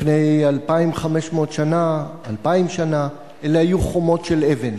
לפני 2,500 שנה, 2,000 שנה, אלה היו חומות של אבן.